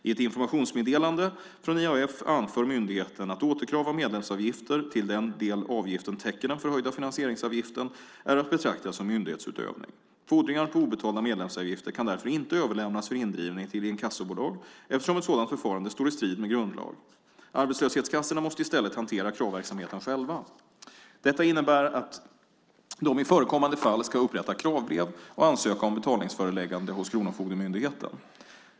I ett informationsmeddelande från IAF anför myndigheten att återkrav av medlemsavgifter - till den del avgiften täcker den förhöjda finansieringsavgiften - är att betrakta som myndighetsutövning. Fordringar på obetalda medlemsavgifter kan därför inte överlämnas för indrivning till inkassobolag, eftersom ett sådant förfarande står i strid med grundlag. Arbetslöshetskassorna måste i stället hantera kravverksamheten själva. Detta innebär att de i förekommande fall ska upprätta kravbrev och ansöka om betalningsföreläggande hos Kronofogdemyndigheten.